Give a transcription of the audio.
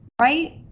right